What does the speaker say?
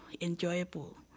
enjoyable